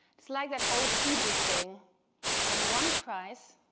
it's like that old hebrew saying when one cries,